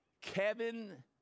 Kevin